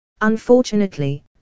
Unfortunately